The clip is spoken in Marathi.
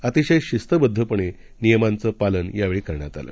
अतिशयशिस्तबद्धपणेनियमांचंपालनयावेळीकरण्यातआलं